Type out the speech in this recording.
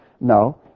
No